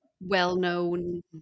well-known